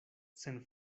sen